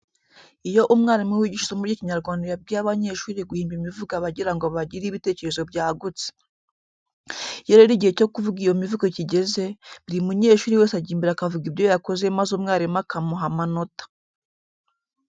Iyo umwarimu wigisha isomo ry'Ikinyarwanda yabwiye abanyeshuri guhimba imivugo aba agira ngo bagire ibitekerezo byagutse. Iyo rero igihe cyo kuvuga iyo mivugo kigeze, buri munyeshuri wese ajya imbere akavuga ibyo yakoze maze umwarimu akamuha amanota.